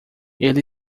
ele